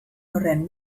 horren